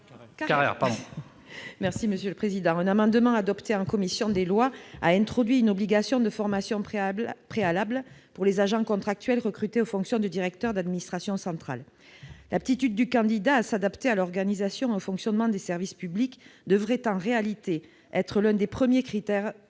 Mme Maryse Carrère. Un amendement adopté en commission des lois a introduit une obligation de formation préalable pour les agents contractuels recrutés aux fonctions de directeur d'administration centrale. L'aptitude du candidat à s'adapter à l'organisation et au fonctionnement des services publics devrait, en réalité, être l'un des premiers critères de